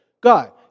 God